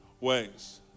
ways